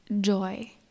joy